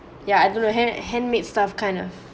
yeah I don't know hand handmade stuff kind of